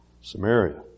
Samaria